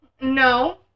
no